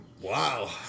Wow